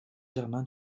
germain